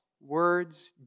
words